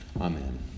Amen